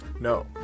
No